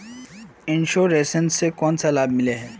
Insurance इस से कोन सा लाभ मिले है?